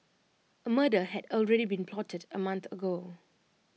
A murder had already been plotted A month ago